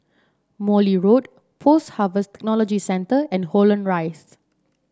Morley Road Post Harvest Technology Centre and Holland Rise